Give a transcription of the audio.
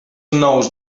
nous